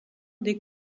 des